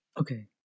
Okay